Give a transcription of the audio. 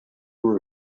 were